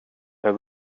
jag